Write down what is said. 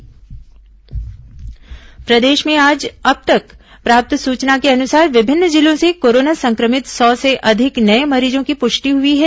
corona मरीज प्रदेश में आज अब तक प्राप्त सूचना के अनुसार विभिन्न जिलों से कोरोना संक्रमित सौ से अधिक नये मरीजों की पुष्टि हुई है